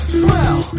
smell